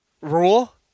Rule